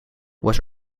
was